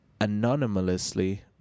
anonymously